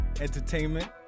Entertainment